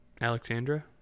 Alexandra